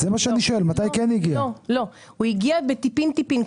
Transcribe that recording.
הוא הגיע טיפין-טיפין.